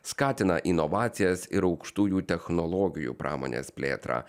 skatina inovacijas ir aukštųjų technologijų pramonės plėtrą